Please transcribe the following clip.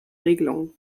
regelung